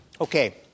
Okay